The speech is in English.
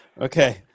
Okay